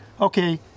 okay